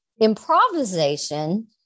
improvisation